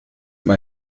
mal